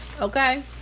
okay